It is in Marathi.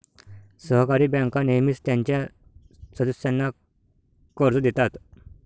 सहकारी बँका नेहमीच त्यांच्या सदस्यांना कर्ज देतात